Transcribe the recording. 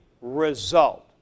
result